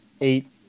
eight